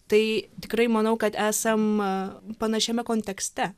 tai tikrai manau kad esama panašiame kontekste